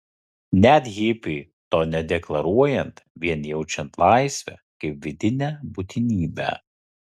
net hipiui to nedeklaruojant vien jaučiant laisvę kaip vidinę būtinybę